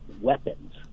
weapons